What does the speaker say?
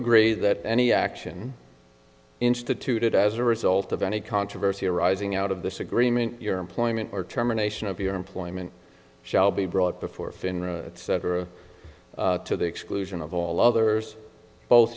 agree that any action instituted as a result of any controversy arising out of this agreement your employment or terminations of your employment shall be brought before finra to the exclusion of all others both